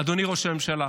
אדוני ראש הממשלה,